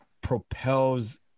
propels